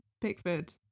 pickford